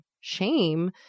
shame